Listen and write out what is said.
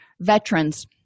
veterans